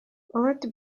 ometi